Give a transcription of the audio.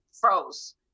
froze